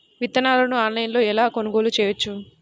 విత్తనాలను ఆన్లైనులో ఎలా కొనుగోలు చేయవచ్చు?